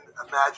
imagine